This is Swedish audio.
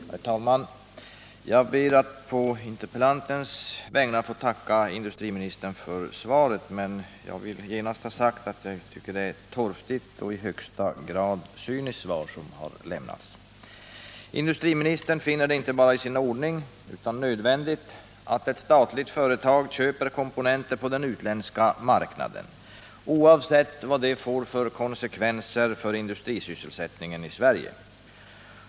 Herr talman! Jag ber att på interpellantens vägnar få tacka industriministern för svaret. Men jag vill genast ha sagt att jag tycker det är ett torftigt och i högsta grad cyniskt svar som har lämnats. Industriministern finner det inte bara i sin ordning utan också nödvändigt att ett statligt företag köper komponenter på den utländska marknaden, oavsett vad det får för konsekvenser för industrisysselsättningen i Sverige.